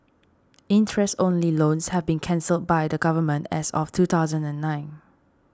interest only loans have been cancelled by the Government as of two thousand and nine